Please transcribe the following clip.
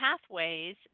pathways